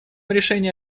решении